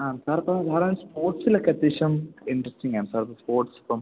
ആ സാർ ഇപ്പം സ്പോട്സിലൊക്കെ അത്യാവശ്യം ഇൻട്രസ്റ്റിംഗ് ആണ് സാർ അത് സ്പോർട്സ് ഇപ്പം